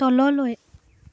তললৈ